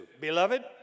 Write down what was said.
Beloved